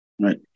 Right